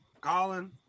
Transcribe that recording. Colin